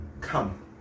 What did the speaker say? Come